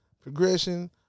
progression